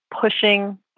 pushing